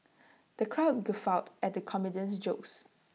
the crowd guffawed at the comedian's jokes